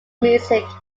music